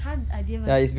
!huh! I didn't realise